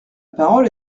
parole